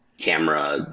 Camera